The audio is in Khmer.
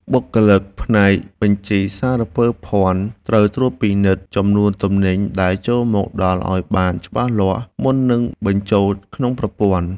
បុគ្គលិកផ្នែកបញ្ជីសារពើភ័ណ្ឌត្រូវត្រួតពិនិត្យចំនួនទំនិញដែលចូលមកដល់ឱ្យបានច្បាស់លាស់មុននឹងបញ្ចូលក្នុងប្រព័ន្ធ។